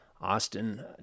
Austin